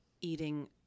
eating